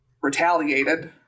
retaliated